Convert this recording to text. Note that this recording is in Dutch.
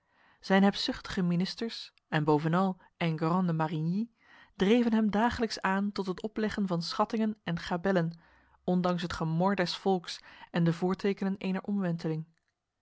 zijn hebzuchtige ministers en bovenal enguerrand de marigny dreven hem dagelijks aan tot het opleggen van schattingen en gabellen ondanks het gemor des volks en de voortekenen ener omwenteling